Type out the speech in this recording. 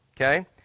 Okay